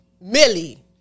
Millie